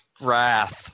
wrath